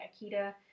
Akita